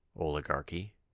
Oligarchy